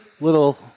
Little